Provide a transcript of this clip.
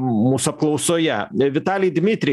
mūsų apklausoje vitalij dimitrij